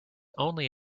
only